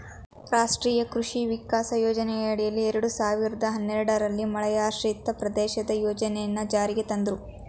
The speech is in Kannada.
ರಾಷ್ಟ್ರೀಯ ಕೃಷಿ ವಿಕಾಸ ಯೋಜನೆಯಡಿಯಲ್ಲಿ ಎರಡ್ ಸಾವಿರ್ದ ಹನ್ನೆರಡಲ್ಲಿ ಮಳೆಯಾಶ್ರಿತ ಪ್ರದೇಶದ ಯೋಜನೆನ ಜಾರಿಗ್ ತಂದ್ರು